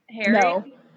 Harry